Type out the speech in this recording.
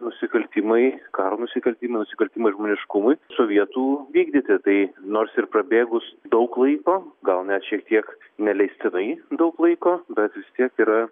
nusikaltimai karo nusikaltimai nusikaltimai žmoniškumui sovietų vykdyti tai nors ir prabėgus daug laiko gal net šiek tiek neleistinai daug laiko bet vis tiek yra